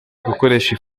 gukoresha